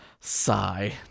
sigh